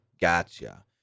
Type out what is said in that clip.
Gotcha